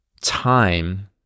time